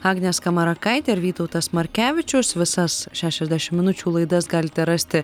agnė skamarakaitė ir vytautas markevičius visas šešiasdešim minučių laidas galite rasti